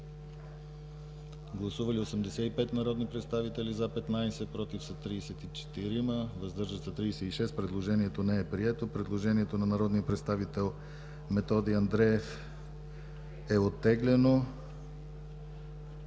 Гласували 85 народни представители: за 15, против 34, въздържали се 36. Предложението не е прието. Предложението на народния представител Методи Андреев е оттеглено.